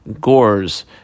gores